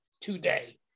today